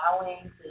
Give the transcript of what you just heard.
allowing